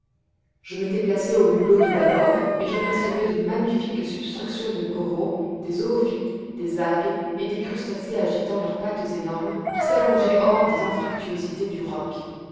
je m'étais placé au hublot de bâbord et j'apercevais de magnifiques substructions de coraux des zoophytes des algues et des crustacés agitant leurs pattes énormes qui s'allongeaient hors des anfractuosités du roc